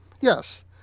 Yes